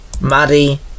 Maddie